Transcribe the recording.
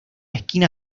esquina